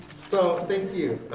so thank you,